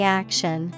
action